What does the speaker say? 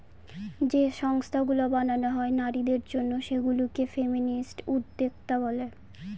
যে সংস্থাগুলো বানানো হয় নারীদের জন্য সেগুলা কে ফেমিনিস্ট উদ্যোক্তা বলে